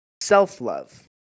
self-love